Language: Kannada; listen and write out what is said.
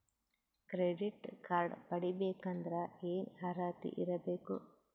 ಕ್ರೆಡಿಟ್ ಕಾರ್ಡ್ ಪಡಿಬೇಕಂದರ ಏನ ಅರ್ಹತಿ ಇರಬೇಕು?